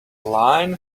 line